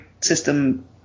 system